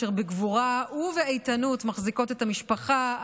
אשר בגבורה ובאיתנות מחזיקות את המשפחה,